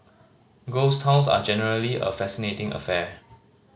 ghost towns are generally a fascinating affair